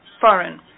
foreign